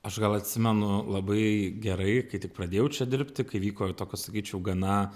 aš gal atsimenu labai gerai kai tik pradėjau čia dirbti kai vyko tokios sakyčiau gana